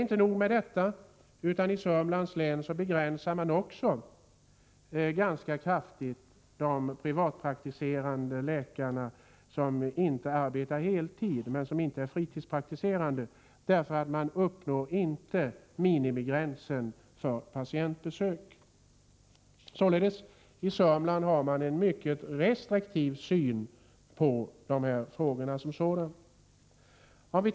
Inte nog med det, utan i Sörmlands län begränsar man också ganska kraftigt antalet privatpraktiserande läkare som inte arbetar heltid men som inte är fritidspraktiserande på grund av att de inte uppnår minimigränsen för antalet patientbesök. I Sörmland har man således en mycket restriktiv syn på dessa frågor.